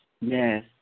yes